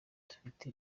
dufite